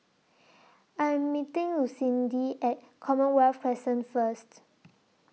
I Am meeting Lucindy At Commonwealth Crescent First